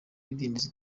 bidindiza